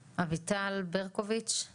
אביטל אגמון ברקוביץ ממשרד הבריאות.